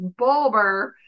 Bulber